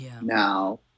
now